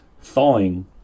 thawing